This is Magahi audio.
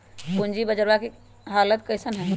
पूंजी बजरवा के हालत कैसन है?